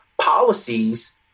policies